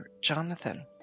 Jonathan